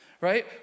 Right